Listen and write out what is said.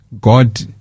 God